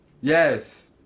yes